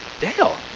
Dale